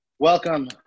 Welcome